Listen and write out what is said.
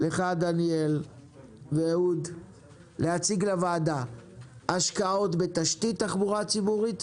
ממך דניאל וממך אהוד להציג לוועדה השקעות בתשתיות תחבורה ציבורית,